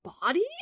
body